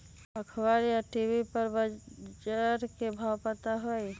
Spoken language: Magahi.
अखबार या टी.वी पर बजार के भाव पता होई?